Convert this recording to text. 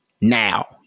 now